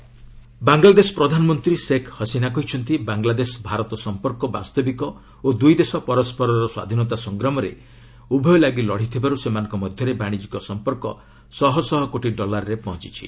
Bangla PM ଚୀନା ବାଂଲାଦେଶ ପ୍ରଧାନମନ୍ତ୍ରୀ ସେକ୍ ହସିନା କହିଛନ୍ତି ବାଂଲାଦେଶ ଭାରତ ସମ୍ପର୍କ ବାସ୍ତବିକ ଓ ଦ୍ରଇ ଦେଶ ପରସ୍କରର ସ୍ୱାଧୀନତା ସଂଗ୍ରାମରେ ଉଭୟ ଲାଗି ଲଢ଼ିଥିବାରୁ ସେମାନଙ୍କ ମଧ୍ୟରେ ବାଶିଜ୍ୟିକ ସମ୍ପର୍କ ଶହ ଶହ କୋଟି ଡଲାର୍ରେ ପହଞ୍ଚିଛି